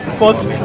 first